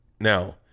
Now